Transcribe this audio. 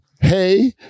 hey